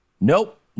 Nope